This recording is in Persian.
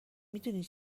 میدونی